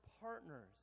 partners